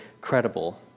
credible